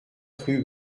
rue